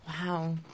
wow